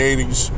80s